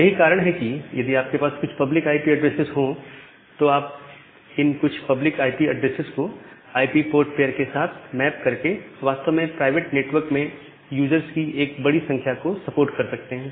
यही कारण है कि यदि आपके पास कुछ पब्लिक आईपी ऐड्रेसेस हो तो आप इन कुछ पब्लिक आईपी ऐड्रेसेस को आईपी पोर्ट पेयरके साथ मैप करके वास्तव में प्राइवेट नेटवर्क में यूजर्स की एक बड़ी संख्या को सपोर्ट कर सकते हैं